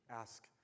ask